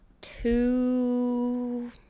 two